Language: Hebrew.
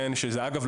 שאגב,